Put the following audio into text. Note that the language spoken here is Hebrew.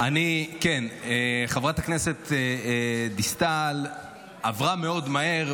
חברת הכנסת דיסטל עברה מאוד מהר,